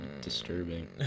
disturbing